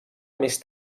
més